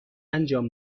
انجام